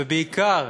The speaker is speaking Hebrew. ובעיקר,